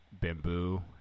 bamboo